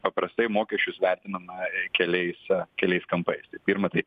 paprastai mokesčius vertinama keliais keliais kampais tai pirma tai